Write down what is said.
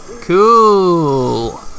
Cool